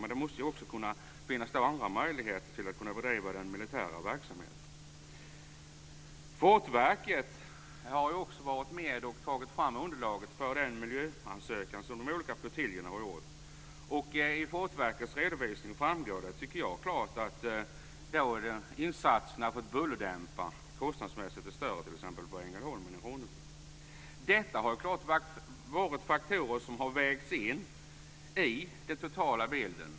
Men det måste också finnas andra möjligheter att bedriva militär verksamhet. Fortifikationsverket har också varit med och tagit fram underlaget för den miljöansökan som de olika flottiljerna har gjort. I Fortifikationsverkets redovisning framgår det klart, tycker jag, att insatserna för att bullerdämpa kostnadsmässigt är större t.ex. i Ängelholm än i Ronneby. Detta har varit faktorer som har vägts in i den totala bilden.